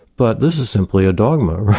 but this is simply a dogma,